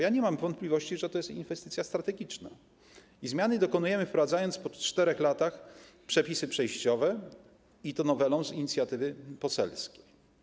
Ja nie mam wątpliwości, że to jest inwestycja strategiczna i dokonujemy zmian, wprowadzając po 4 latach przepisy przejściowe, i to nowelą z inicjatywy poselskiej.